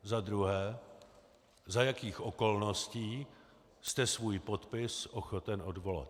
Za druhé: Za jakých okolností jste svůj podpis ochoten odvolat?